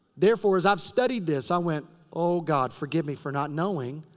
therefore, as i've studied this i went, oh god, forgive me for not knowing.